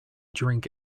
drink